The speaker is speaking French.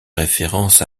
référence